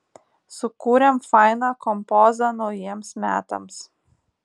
sukūrėm fainą kompozą naujiems metams